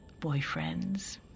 Boyfriends